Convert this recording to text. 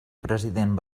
president